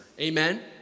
Amen